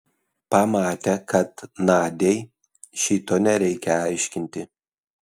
pamatė kad nadiai šito nereikia aiškinti